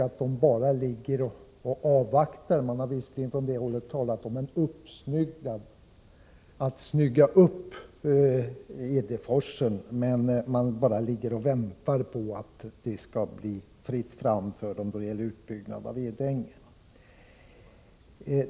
Visserligen har det från det hållet talats om att ”snygga upp” Edeforsen, men man får ett intryck av att Hälsingekraft bara ligger och väntar på att det skall bli fritt fram att bygga ut Edänge.